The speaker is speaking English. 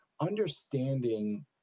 understanding